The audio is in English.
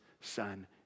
son